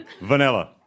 Vanilla